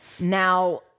Now